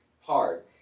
hard